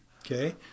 Okay